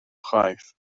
chwaith